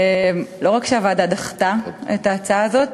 לא רק שהוועדה דחתה את ההצעה הזאת,